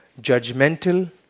judgmental